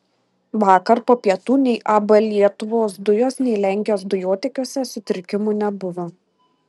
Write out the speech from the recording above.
vakar po pietų nei ab lietuvos dujos nei lenkijos dujotiekiuose sutrikimų nebuvo